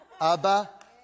Abba